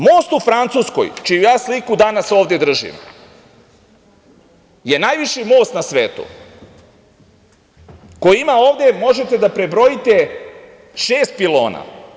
Most u Francuskoj, čiju ja sliku danas ovde držim, je najviši most na svetu koji ima, ovde možete da prebrojite, šest pilona.